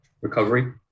recovery